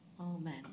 Amen